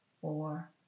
four